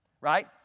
right